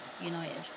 United